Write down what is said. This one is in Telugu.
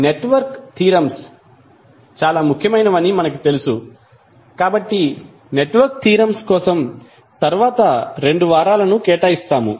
నెట్వర్క్ థీరమ్స్ చాలా ముఖ్యమైనవని మనకు తెలుసు కాబట్టి నెట్వర్క్ థీరమ్స్ కోసం తరువాత 2 వారాలను కేటాయిస్తాము